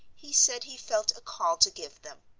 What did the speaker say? he said he felt a call to give them.